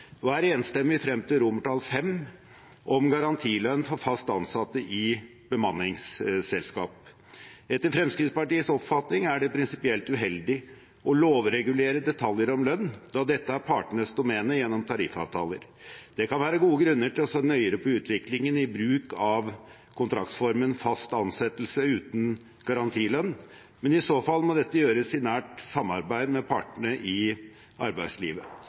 og er enstemmig frem til romertall VI, om garantilønn for fast ansatte i bemanningsselskaper. Etter Fremskrittspartiets oppfatning er det prinsipielt uheldig å lovregulere detaljer om lønn, da dette er partenes domene gjennom tariffavtaler. Det kan være gode grunner til å se nøyere på utviklingen i bruk av kontraktsformen fast ansettelse uten garantilønn, men i så fall må dette gjøres i nært samarbeid med partene i arbeidslivet.